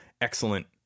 excellent